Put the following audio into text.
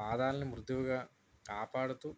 పాదాలని మృదువుగా కాపాడుతు